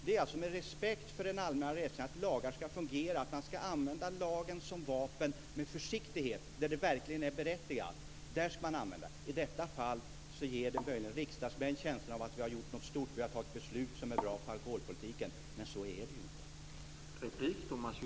Vi är alltså emot ett förbud av respekt för den allmänna rättskänslan, att lagar ska fungera, att man ska använda lagen som vapen med försiktighet. Där det verkligen är berättigat ska man använda den. I detta fall ger det möjligen riksdagsmän känslan av att vi har gjort något stort, att vi har tagit ett beslut som är bra för alkoholpolitiken, men så är det ju inte!